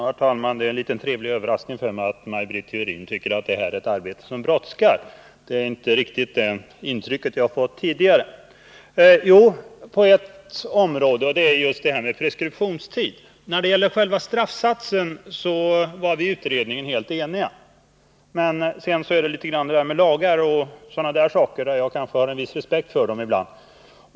Herr talman! Det är en liten trevlig överraskning för mig att Maj Britt Theorin tycker att det här är ett arbete som brådskar. Det är inte det intrycket jag har fått tidigare. Jo, i ett avseende, nämligen beträffande preskriptionstiden. När det gäller själva straffsatsen var vi i utredningen helt eniga. Men sedan är det så att jag har en viss respekt för lagar.